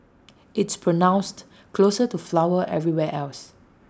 it's pronounced closer to flower everywhere else